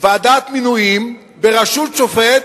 מינויים בראשות שופט,